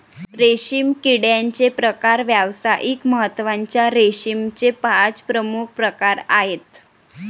रेशीम किड्याचे प्रकार व्यावसायिक महत्त्वाच्या रेशीमचे पाच प्रमुख प्रकार आहेत